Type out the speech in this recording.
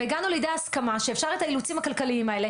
והגענו לידי הסכמה שאפשר את האילוצים הכלכליים האלה